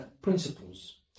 principles